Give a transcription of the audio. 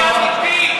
זה צורך אמיתי.